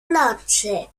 nocy